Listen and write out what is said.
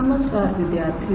नमस्कार विद्यार्थियों